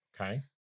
Okay